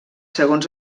segons